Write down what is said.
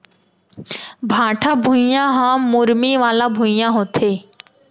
भाठा भुइयां ह मुरमी वाला भुइयां होथे